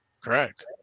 Correct